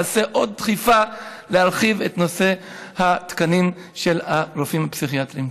תעשה עוד דחיפה להרחיב את נושא התקנים של הרופאים הפסיכיאטריים.